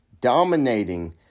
dominating